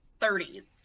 30s